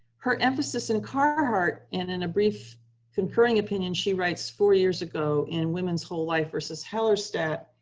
her emphasis in carhart, and in a brief concurring opinion she writes four years ago in women's whole life versus hellerstedt,